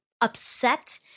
upset